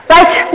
Right